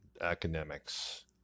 academics